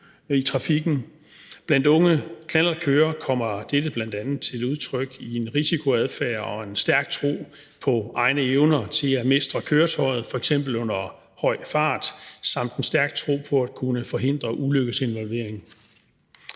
blandt unge knallertkørere kommer dette bl.a. til udtryk i en risikoadfærd og en stærk tro på egne evner til at mestre køretøjet, f.eks. under høj fart, samt en stærk tro på at kunne forhindre ulykkesinvolvering.